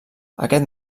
aquest